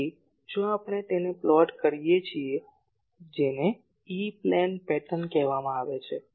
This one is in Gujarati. તેથી જો આપણે તેને પ્લોટ કરીએ છીએ જેને ઇ પ્લેન પેટર્ન કહેવામાં આવે છે